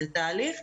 זה תהליך.